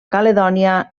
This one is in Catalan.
caledònia